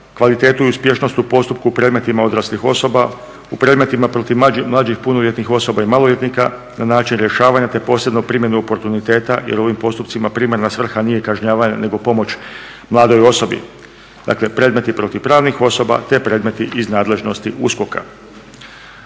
kvalitetu i uspješnost u postupku u predmetima odraslih osoba, u predmetima protiv mlađih punoljetnih osoba i maloljetnika na način rješavanja te posebnu primjenu oportuniteta jer u ovim postupcima primarna svrha nije kažnjavanje nego pomoć mladoj osobi. Dakle, predmeti protiv pravnih osoba te predmeti iz nadležnosti USKOK-a.